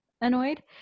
annoyed